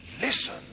Listen